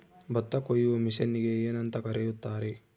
ಭತ್ತ ಕೊಯ್ಯುವ ಮಿಷನ್ನಿಗೆ ಏನಂತ ಕರೆಯುತ್ತಾರೆ?